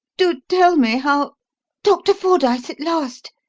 do tell me how doctor fordyce, at last!